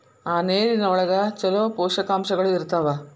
ಆ ನೇರಿನ ಒಳಗ ಚುಲೋ ಪೋಷಕಾಂಶಗಳು ಇರ್ತಾವ